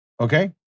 Okay